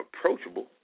approachable